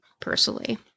personally